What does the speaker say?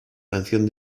canción